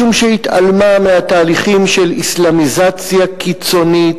משום שהתעלמה מהתהליכים של אסלאמיזציה קיצונית,